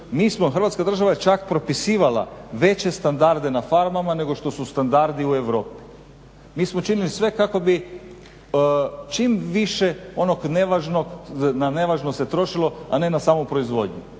Hrvatska država je čak propisivala veće standarde na farmama nego što su standardi u Europi. Mi smo činili sve kako bi čim više onog nevažnog na nevažno se trošilo, a ne na samu proizvodnju.